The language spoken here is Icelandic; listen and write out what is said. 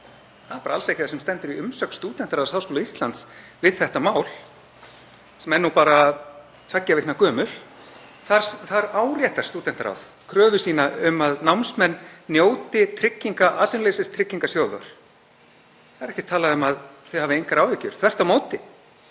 Það er bara alls ekki það sem stendur í umsögn Stúdentaráðs Háskóla Íslands við þetta mál, sem er bara tveggja vikna gömul. Þar áréttar Stúdentaráð kröfu sína um að námsmenn njóti trygginga Atvinnuleysistryggingasjóðs. Þar er ekki talað um að þau hafi engar áhyggjur, þvert á móti.